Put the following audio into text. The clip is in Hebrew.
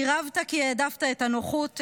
סירבת כי העדפת את הנוחות,